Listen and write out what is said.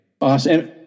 awesome